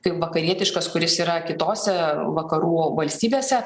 kaip vakarietiškas kuris yra kitose vakarų valstybėse